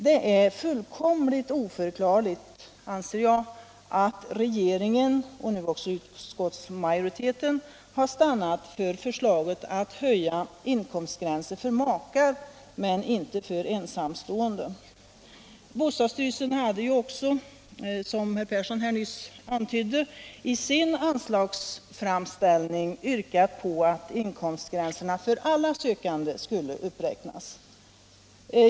Det är fullkomligt oförklarligt att regeringen, och nu också utskottsmajoriteten, stannat för förslaget att höja inkomstgränsen för makar men inte för ensamstående. Bostadsstyrelsen hade ju också, som herr Persson i Karlstad nyss antydde, i sin anslagsframställning yrkat på att inkomstgränserna för alla sökande skulle uppräknas.